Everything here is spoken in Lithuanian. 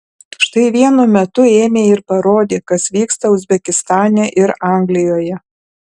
štai vienu metu ėmė ir parodė kas vyksta uzbekistane ir anglijoje